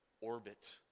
orbit